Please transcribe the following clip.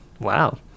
Wow